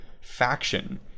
faction